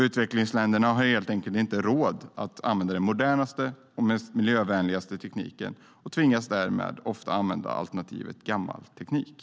Utvecklingsländerna har helt enkelt inte råd att använda den modernaste och mest miljövänliga tekniken och tvingas därför ofta till alternativet att använda sig av gammal teknik.